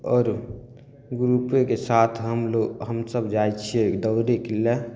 आओर ग्रुपेके साथ हमलोग हमसब जाइ छियै दौड़यके लए